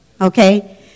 okay